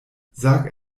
sag